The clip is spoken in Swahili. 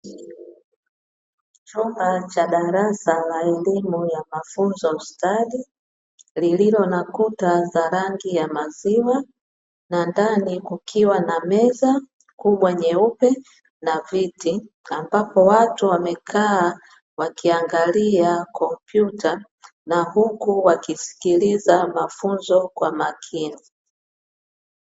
Chumba cha darasa cha wanafunzi wa elimu ya mafunzo ustadi lililo na kuta za rangi ya maziwa, na ndani kukiwa na meza kubwa nyeupe pamoja na viti ambapo watu wamekaa wakiangalia kompyuta na huku wakisikiliza mafunzo kwa makini.